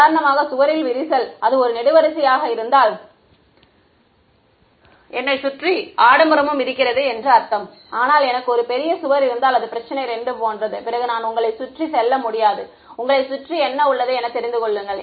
உதாரணமாக சுவரில் விரிசல் அது ஒரு நெடுவரிசையாக இருந்தால் என்னை சுற்றி ஆடம்பரமும் இருக்கிறது என்று அர்த்தம் ஆனால் எனக்கு ஒரு பெரிய சுவர் இருந்தால் அது பிரச்சினை 2 போன்றது பிறகு நான் உங்களைச் சுற்றி செல்ல முடியாது உங்களை சுற்றி என்ன உள்ளது என தெரிந்து கொள்ளுங்கள்